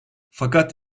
fakat